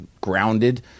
grounded